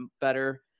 better